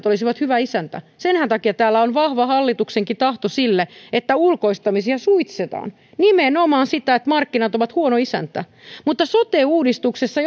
olisivat hyvä isäntä senhän takia täällä on vahva hallituksenkin tahto sille että ulkoistamisia suitsitaan nimenomaan siksi että markkinat ovat huono isäntä mutta sote uudistuksessa